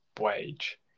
wage